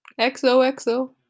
XOXO